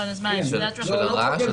הרעש,